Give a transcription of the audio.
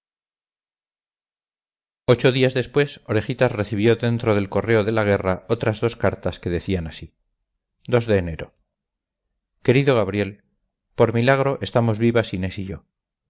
ocho días después orejitas recibió dentro del correo de la guerra otras dos cartas que decían así de enero querido gabriel por milagro estamos vivas inés y yo